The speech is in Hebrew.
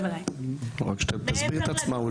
רק שתסביר את עצמה.